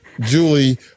Julie